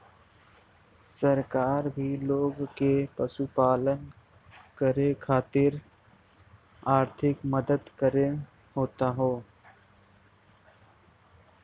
सरकार भी लोग के पशुपालन करे खातिर आर्थिक मदद करत हौ